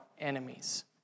enemies